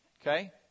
okay